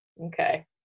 okay